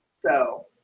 so,